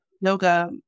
yoga